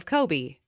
Kobe